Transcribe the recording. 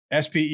SPE